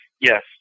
Yes